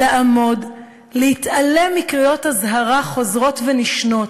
לעמוד, להתעלם מקריאות אזהרה חוזרות ונשנות,